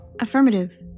Affirmative